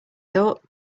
thought